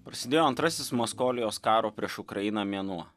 prasidėjo antrasis maskolijos karo prieš ukrainą mėnuo